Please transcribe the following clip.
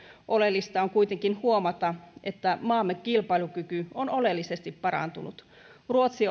oleellista on kuitenkin huomata että maamme kilpailukyky on oleellisesti parantunut ruotsi